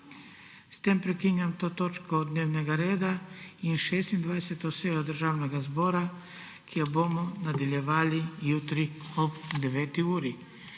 S tem prekinjam to točko dnevnega reda in 26. sejo Državnega zbora, ki jo bomo nadaljevali jutri ob 9. uri.